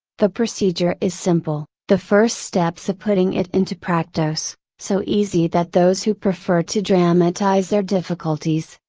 the procedure is simple, the first steps of putting it into practice, so easy that those who prefer to dramatize their difficulties,